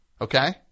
Okay